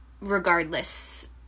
regardless